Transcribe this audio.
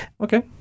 okay